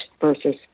versus